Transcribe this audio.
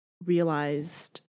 realized